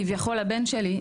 כביכול לבן שלי,